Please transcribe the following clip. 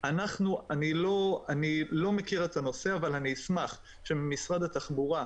אני לא מכיר את הנושא אבל אני אשמח שמשרד התחבורה,